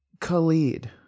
khalid